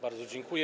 Bardzo dziękuję.